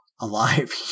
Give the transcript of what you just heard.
alive